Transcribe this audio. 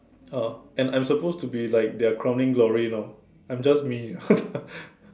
ah and I'm supposed to be like their crowning glory know I'm just me